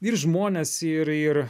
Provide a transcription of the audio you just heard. ir žmonės ir ir